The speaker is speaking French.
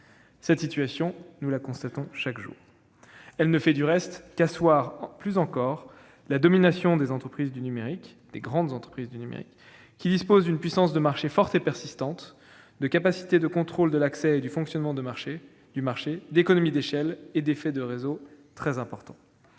Cette situation, nous la constatons chaque jour. Elle ne fait qu'asseoir plus encore la domination des grandes entreprises du numérique, qui disposent d'une puissance de marché forte et persistante, de capacités de contrôle de l'accès et du fonctionnement du marché, d'économies d'échelle et d'effets de réseau très importants.